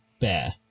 bear